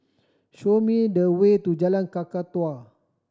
show me the way to Jalan Kakatua